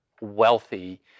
wealthy